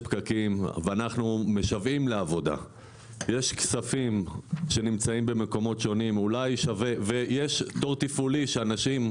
יש כספים שנמצאים במקומות שונים ויש תור תפעולי שאנשים,